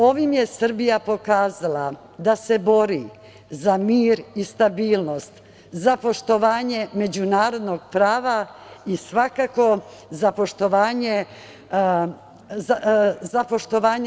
Ovim je Srbija pokazala da se bori za mir i stabilnost, za poštovanje međunarodnog prava i poštovanje zakona.